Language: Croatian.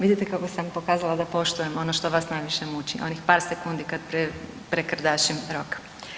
Vidite kako sam pokazala da poštujem ono što vas najviše muči, onih par sekundi kad prekardašim rok.